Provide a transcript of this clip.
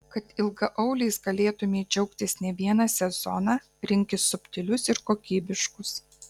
kad ilgaauliais galėtumei džiaugtis ne vieną sezoną rinkis subtilius ir kokybiškus